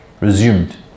resumed